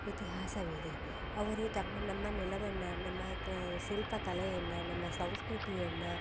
ಇತಿಹಾಸವಿದೆ ಅವರು ತಮ್ಮ ನಮ್ಮ ನೆಲವನ್ನು ನಮ್ಮ ಕ ಶಿಲ್ಪಕಲೆಯನ್ನ ನಮ್ಮ ಸಂಸ್ಕೃತಿಯನ್ನು